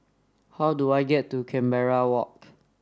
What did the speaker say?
how do I get to Canberra Walk